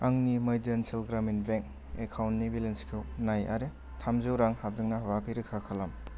आंनि मध्यानचल ग्रामिन बेंक एकाउन्टनि बेलेन्सखौ नाय आरो थामजौ रां हाबदों ना हाबाखै रोखा खालाम